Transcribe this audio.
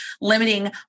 limiting